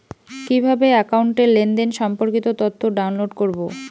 কিভাবে একাউন্টের লেনদেন সম্পর্কিত তথ্য ডাউনলোড করবো?